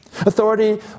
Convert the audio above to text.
Authority